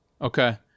okay